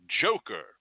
Joker